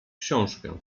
książkę